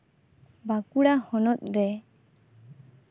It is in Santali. ᱵᱟᱸᱠᱩᱲᱟ ᱦᱚᱱᱚᱛ ᱨᱮ